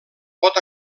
pot